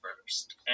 first